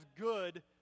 good